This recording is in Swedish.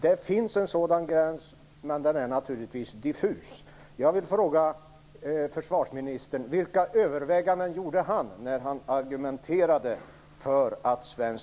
Det finns en sådan gräns, men den är naturligtvis diffus.